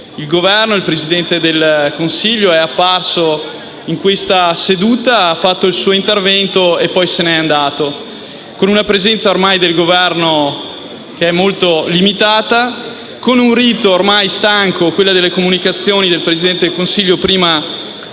al fatto che il Presidente del Consiglio è apparso in questa seduta, ha fatto il suo intervento e poi se n'è andato, con una presenza del Governo che ormai è molto limitata, con un rito ormai stanco, quello delle comunicazioni del Presidente del Consiglio prima dei